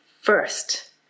first